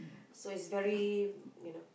so is very you know